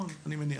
אני מניח.